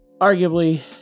arguably